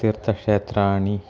तीर्थक्षेत्राणि